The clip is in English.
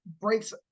breaks